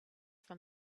from